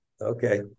Okay